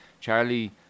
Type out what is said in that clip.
Charlie